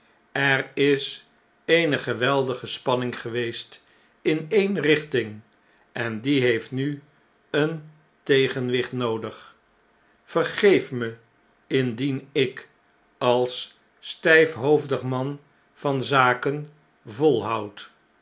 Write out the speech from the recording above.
er is eene geweldige spanning geweest in eene richting en die heeft nu een tegenwicht noodig vergeef me indien ik als sttffhoofdig man van zaken volhoud